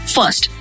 first